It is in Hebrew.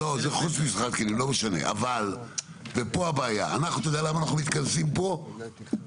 אני חושב שאתם מתקנים אותי ולא נכון.